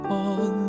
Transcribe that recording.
on